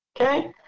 okay